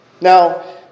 Now